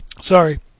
Sorry